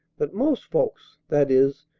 that most folks, that is,